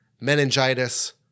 meningitis